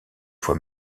fois